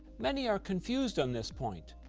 many are confused on this point,